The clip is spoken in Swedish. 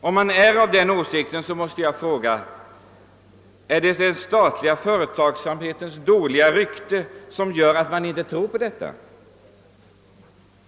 Om man har den åsikten, måste jag fråga om det är den statliga företagsamhetens dåliga rykte som gör att man inte tror på denna möjlighet.